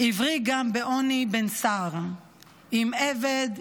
עברי גם בעוני בן שר / אם עבד,